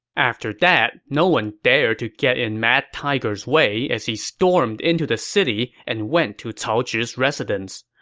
after that, no one dared to get in mad tiger's way as he stormed into the city and went to cao zhi's residence.